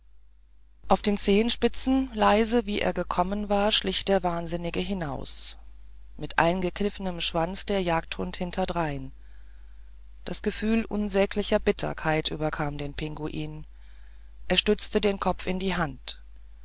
auf den zehenspitzen leise wie er gekommen war schlich der wahnsinnige hinaus mit eingekniffenem schwanz der jagdhund hinterdrein das gefühl unsäglicher bitternis überkam den pinguin er stützte den kopf in die hand